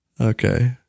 Okay